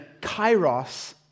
kairos